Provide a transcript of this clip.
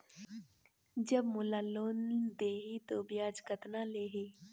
जब मोला लोन देही तो ब्याज कतना लेही?